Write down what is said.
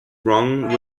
wrong